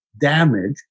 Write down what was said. damage